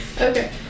Okay